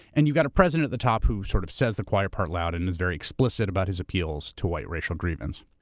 and you've got a president at the top who sort of says the quiet part aloud, and is very explicit about his appeals to white racial grievance.